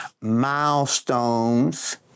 milestones